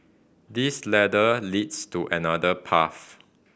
this ladder leads to another path